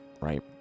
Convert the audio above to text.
right